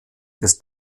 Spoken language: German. des